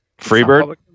Freebird